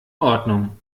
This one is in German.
ordnung